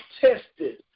tested